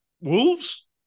wolves